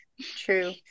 True